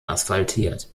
asphaltiert